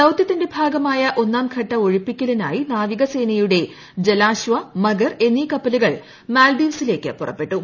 ദൌത്യത്തിന്റെ ഭാഗ്ഗമായ ഒന്നാംഘട്ട ഒഴിപ്പിക്കലിനായി നാവികസേനയുടെ ജല്ലാ്ശു മഗർ എന്നീ കപ്പലുകൾ മാൽഡീവ്സിലെക്ക് പുറപ്പെട്ടു